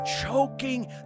choking